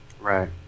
Right